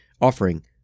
offering